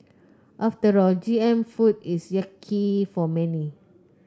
after all G M food is yucky for many